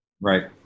Right